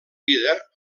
vida